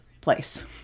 Place